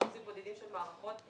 אחוזים בודדים של מערכות,